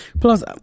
Plus